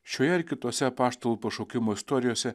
šioje ir kitose apaštalų pašaukimo istorijose